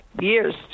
years